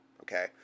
okay